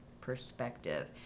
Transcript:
perspective